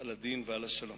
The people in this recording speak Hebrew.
על הדין ועל השלום.